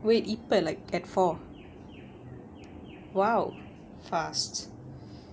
wait இப்ப:ippa like at four !wow! fast